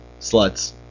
sluts